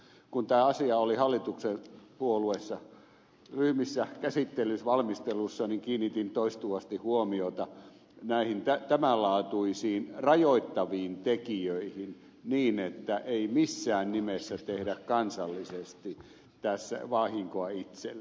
kun tämä asia oli hallituspuolueiden ryhmissä valmistelussa kiinnitin toistuvasti huomiota näihin tämän laatuisiin rajoittaviin tekijöihin niin että ei missään nimessä tehdä kansallisesti tässä vahinkoa itselle